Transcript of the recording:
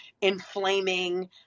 inflaming